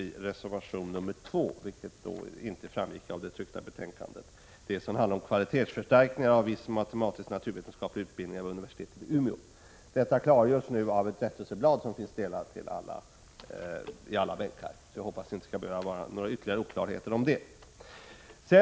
Däremot stöder vi, vilket inte framgår av det tryckta betänkandet, reservation 2 som handlar om kvalitetsförstärkningar av vissa matematisk-naturvetenskapliga utbildningar vid universitetet i Umeå. Detta klargörs nu i ett rättelseblad som finns utdelat i alla bänkar, så jag hoppas att det inte skall behöva kvarstå några oklarheter.